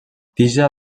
tija